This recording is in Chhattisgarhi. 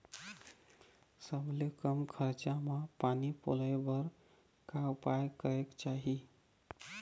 सबले कम खरचा मा पानी पलोए बर का उपाय करेक चाही?